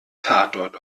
tatort